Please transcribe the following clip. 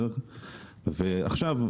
עכשיו,